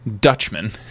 Dutchman